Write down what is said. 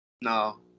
No